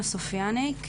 סופיאניק.